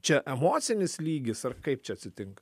čia emocinis lygis ar kaip čia atsitinka